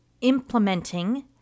implementing